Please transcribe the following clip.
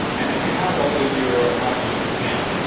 and how old is your apartment now?